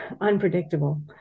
unpredictable